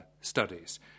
studies